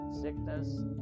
sickness